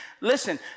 listen